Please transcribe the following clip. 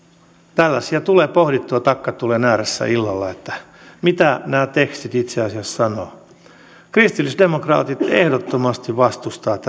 tällaisia tulee pohdittua takkatulen ääressä illalla että mitä nämä tekstit itse asiassa sanovat kristillisdemokraatit ehdottomasti vastustavat